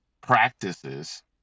practices